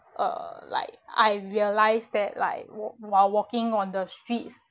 uh like I realise that like wal~ while walking on the streets